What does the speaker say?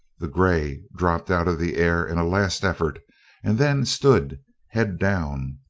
the grey dropped out of the air in a last effort and then stood head-down,